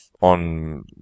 on